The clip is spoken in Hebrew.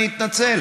אני אתנצל.